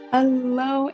Hello